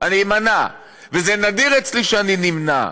אני אימנע, וזה נדיר אצלי שאני נמנע,